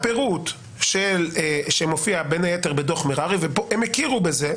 הפירוט שמופיע בין היתר בדוח מררי, הם הכירו בזה.